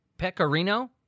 Pecorino